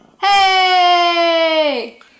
Hey